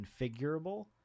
configurable